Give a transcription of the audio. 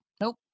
nope